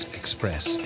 express